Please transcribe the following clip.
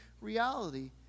reality